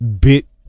bit